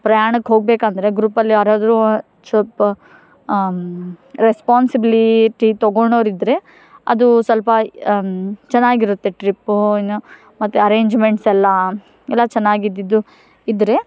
ಪ್ರಯಾಣಕ್ಕೆ ಹೋಗಬೇಕಂದ್ರೆ ಗ್ರೂಪಲ್ಲಿ ಯಾರಾದರೂ ಸ್ವಲ್ಪ ರೆಸ್ಪೋನ್ಸಿಬ್ಲೀಟಿ ತಗೋಳೋರ್ ಇದ್ದರೆ ಅದೂ ಸ್ವಲ್ಪ ಚೆನ್ನಾಗಿರುತ್ತೆ ಟ್ರಿಪ್ಪೂ ಇನ್ನು ಮತ್ತು ಅರೇಂಜ್ಮೆಂಟ್ಸ್ ಎಲ್ಲ ಎಲ್ಲ ಚೆನ್ನಾಗಿದ್ದಿದ್ದು ಇದ್ದರೆ